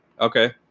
okay